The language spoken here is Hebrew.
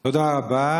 תודה רבה.